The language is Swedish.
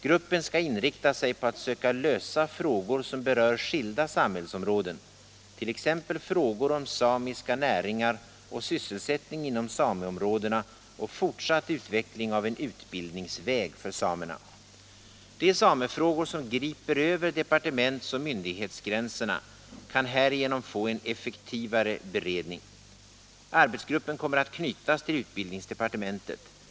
Gruppen skall inrikta sig på att söka lösa frågor som berör skilda samhällsområden, t.ex. frågor om samiska näringar och sysselsättning inom sameområdena och fortsatt utveckling av en utbildningsväg för samerna. De samefrågor som griper över departements och myndighetsgränserna kan härigenom få en effektivare beredning. Arbetsgruppen kommer att knytas till utbildningsdepartementet.